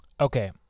Okay